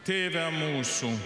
tėve mūsų